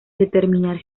determinar